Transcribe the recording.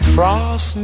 Frost